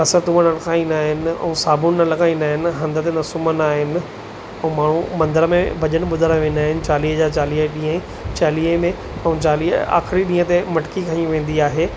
बसर थूम न खाईंदा आहिनि ऐं साबुणु न लॻाईंदा आहिनि हंध ते न सुम्हंदा आहिनि पोइ माण्हू मंदर में भॼन ॿुधणु वेंदा आहिनि चालीह जा चालीह ॾींहं ई चालीह में ऐं चालीह जे आख़िरी ॾींहं ते मटिकी खणी वेंदी आहे